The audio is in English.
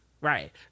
Right